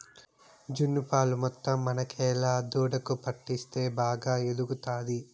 జున్ను పాలు మొత్తం మనకేలా దూడకు పట్టిస్తే బాగా ఎదుగుతాది